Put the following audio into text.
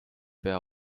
pea